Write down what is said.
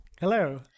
Hello